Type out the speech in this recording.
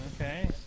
Okay